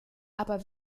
aber